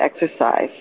exercise